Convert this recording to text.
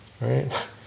Right